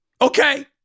okay